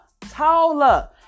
taller